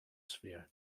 sphere